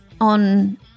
on